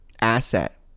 asset